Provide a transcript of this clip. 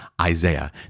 Isaiah